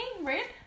Red